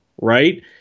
Right